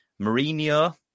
Mourinho